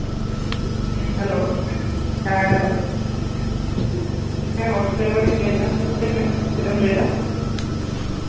ᱦᱮᱸ ᱦᱮᱞᱳ ᱦᱮᱸ ᱦᱮᱞᱳ ᱦᱮᱸ ᱚᱴᱳ ᱰᱨᱟᱭᱵᱷᱟᱨᱤᱧ ᱞᱟᱹᱭ ᱫᱟ ᱞᱟᱹᱭ ᱢᱮ ᱪᱮᱫ ᱮᱢ ᱞᱟᱹᱭᱫᱟ